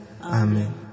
Amen